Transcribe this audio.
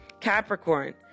Capricorn